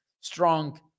strong